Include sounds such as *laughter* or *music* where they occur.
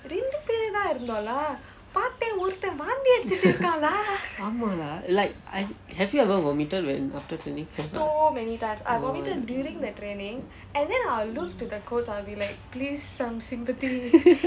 *laughs* ஆமாம்:aamaam lah like I have you ever omitted when after training